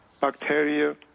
bacteria